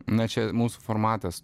na čia mūsų formatas